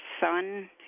son